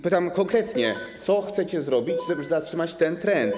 Pytam konkretnie: Co chcecie zrobić, żeby zatrzymać ten trend?